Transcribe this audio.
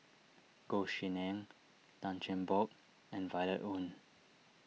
Goh Tshin En Tan Cheng Bock and Violet Oon